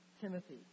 Timothy